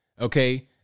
Okay